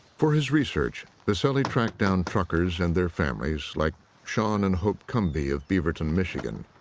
for his research, viscelli tracked down truckers and their families, like shawn and hope cumbee of beaverton, michigan.